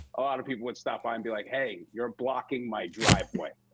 a lot of people would stop by and be like, hey, you're blocking my driveway.